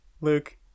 Luke